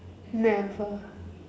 never